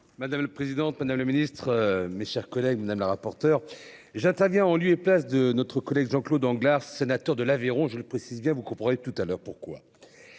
Madame la présidente, madame le ministre, mes chers collègues. Madame la rapporteure j'interviens en lieu et place de notre collègue Jean-Claude en glace, sénateur de l'Aveyron, je le précise bien, vous comprenez tout à l'heure pourquoi.